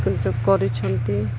କାର୍ଯ୍ୟ କରିଛନ୍ତି